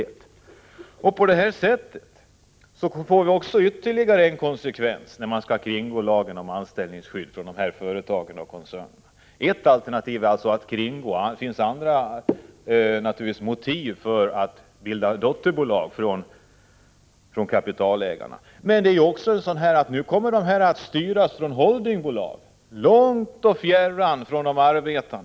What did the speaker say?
Detta kommer att medföra ytterligare en konsekvens när företagen och koncernerna skall kringgå lagen om anställningsskydd. Ett motiv för uppdelning kommer alltså att vara att man vill kringgå lagen om anställningsskydd. Det finns naturligtvis också andra motiv för kapitalägarna att bilda dotterbolag. Nu kommer dotterbolagen att styras av holdingbolag, fjärran från de arbetande.